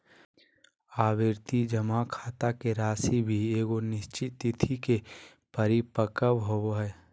आवर्ती जमा खाता के राशि भी एगो निश्चित तिथि के परिपक्व होबो हइ